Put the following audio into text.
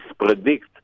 predict